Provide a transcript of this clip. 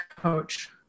coach